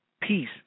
peace